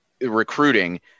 recruiting